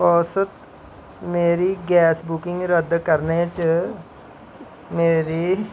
औसत मेरी gas booking रद्द करने च मेरी